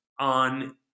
on